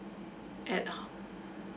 at